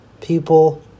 people